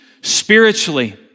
spiritually